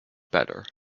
better